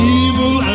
evil